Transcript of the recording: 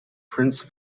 prince